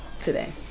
today